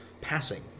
passing